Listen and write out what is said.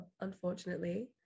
unfortunately